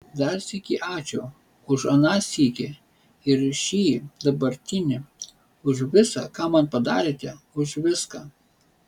dar sykį ačiū už aną sykį ir šį dabartinį už visa ką man padarėte už viską